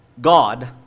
God